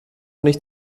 nicht